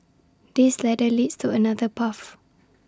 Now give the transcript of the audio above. this ladder leads to another path